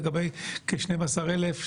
ולגבי כ-12 אלף,